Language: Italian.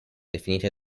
definite